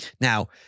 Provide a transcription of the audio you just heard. Now